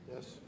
Yes